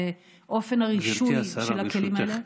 על אופן הרישוי של הכלים האלה,